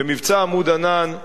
ומבצע "עמוד ענן"